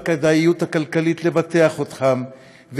ועל חוסר הכדאיות הכלכלית לבטח אותם,